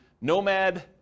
nomad